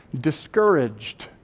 discouraged